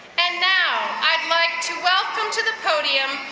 and now, i'd like to welcome to the podium,